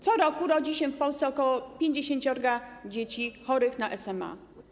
Co roku rodzi się w Polsce ok. 50 dzieci chorych na SMA.